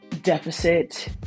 deficit